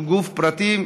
שהוא גוף פרטי,